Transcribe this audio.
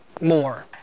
more